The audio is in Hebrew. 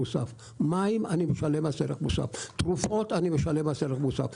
מים או תרופות אני משלם מס ערך מוסף.